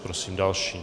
Prosím další.